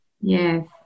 yes